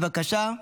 בבקשה,